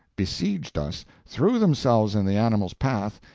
besieged us, threw themselves in the animals' path,